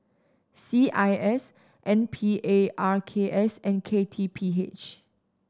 C I S N Parks and K T P H